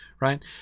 right